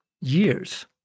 years